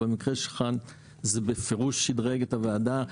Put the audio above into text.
במקרה שלך זה בפירוש שדרג את הוועדה.